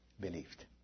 believed